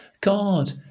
God